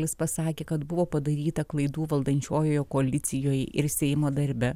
jis pasakė kad buvo padaryta klaidų valdančiojoje koalicijoj ir seimo darbe